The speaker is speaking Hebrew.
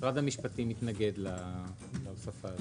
משרד המשפטים מתנגד להוספה הזאת.